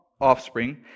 offspring